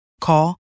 Call